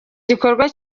gikorwa